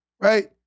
Right